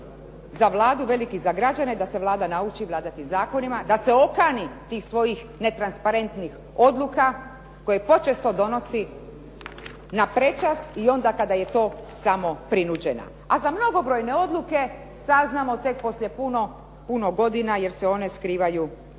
za Vladu a veliki za građane da se Vlada nauči vladati zakonima, da se okani tih svojih netransparentnih odluka koje počesto donosi na prečac i onda kada je to samo prinuđena. A za mnogobrojne odluke saznamo tek nakon puno, puno godina jer se one skrivaju od